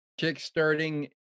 kickstarting